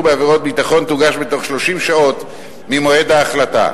בעבירות ביטחון תוגש בתוך 30 שעות ממועד ההחלטה,